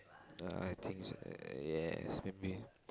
uh I think uh yes maybe